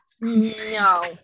no